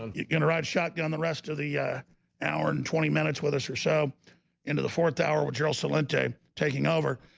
you're gonna ride shotgun the rest of the yeah hour and twenty minutes with us or so into the fourth hour with gerald celente taking over.